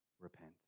Repent